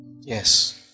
Yes